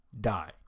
die